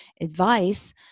advice